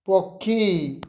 ପକ୍ଷୀ